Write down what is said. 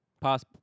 Past